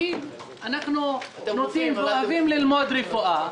שאנחנו אוהבים ללמוד רפואה,